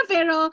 Pero